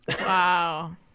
wow